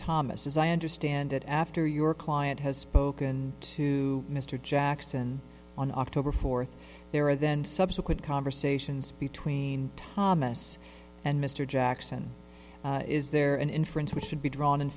thomas as i understand it after your client has spoken to mr jackson on october fourth there are then subsequent conversations between thomas and mr jackson is there an inference which should be drawn in